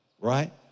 right